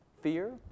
Fear